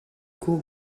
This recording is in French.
cours